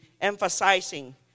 emphasizing